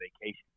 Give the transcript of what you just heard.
vacation